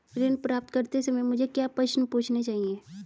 ऋण प्राप्त करते समय मुझे क्या प्रश्न पूछने चाहिए?